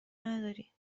نداری